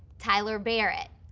tyler barrett,